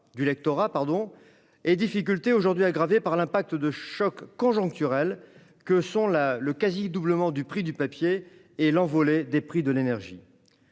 du lectorat, aujourd'hui aggravées par l'impact de chocs conjoncturels que sont le quasi-doublement du prix du papier et l'envolée des prix de l'énergie.